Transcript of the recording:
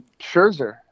Scherzer